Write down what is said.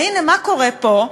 והנה, מה קורה פה?